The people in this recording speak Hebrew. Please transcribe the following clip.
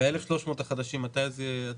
ה-1,300 החדשים, מתי זה יהיה?